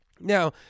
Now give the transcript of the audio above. now